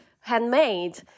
handmade